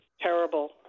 Terrible